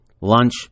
Lunch